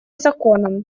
законом